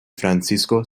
francisco